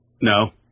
no